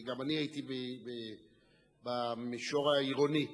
גם אני הייתי במישור העירוני,